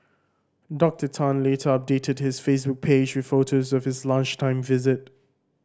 Doctor Tan later updated his Facebook page with photos of his lunchtime visit